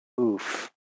oof